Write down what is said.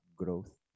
growth